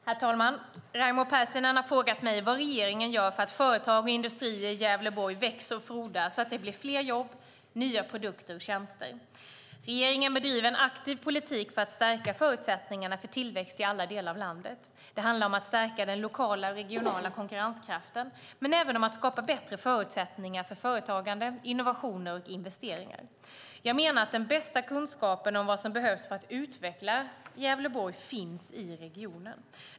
Herr talman! Raimo Pärssinen har frågat mig vad regeringen gör för att företag och industrier i Gävleborg ska växa och frodas så att det blir fler jobb, nya produkter och tjänster. Regeringen bedriver en aktiv politik för att stärka förutsättningarna för tillväxt i alla delar av landet. Det handlar om att stärka den lokala och regionala konkurrenskraften men även om att skapa bättre förutsättningar för företagande, innovationer och investeringar. Jag menar att den bästa kunskapen om vad som behövs för att utveckla Gävleborg finns i regionen.